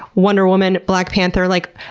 wonder woman, black panther, like,